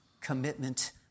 commitment